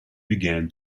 began